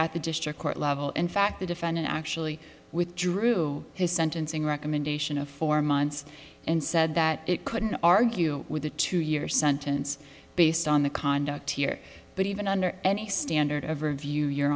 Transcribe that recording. at the district court level in fact the defendant actually withdrew his sentencing recommendation of four months and said that it couldn't argue with a two year sentence based on the conduct here but even under any standard of review your